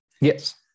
Yes